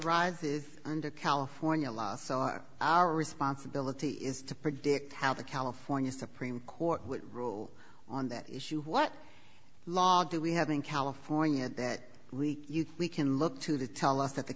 this under california law our responsibility is to predict how the california supreme court will rule on that issue what law do we have in california that leak we can look to to tell us that the